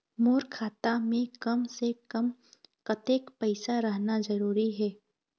मोर खाता मे कम से से कम कतेक पैसा रहना जरूरी हे?